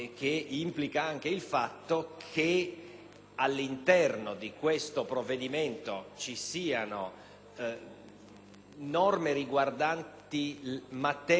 norme riguardanti materie davvero molto varie; ed è apprezzabile, sotto questo punto di vista, che